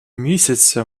місяця